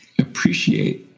appreciate